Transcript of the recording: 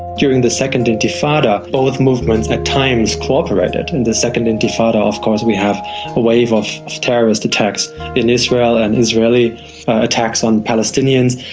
during the second intifada both movements at times cooperated. in the second intifada of course we have a wave of terrorist attacks in israel and israeli attacks on palestinians.